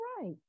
right